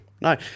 no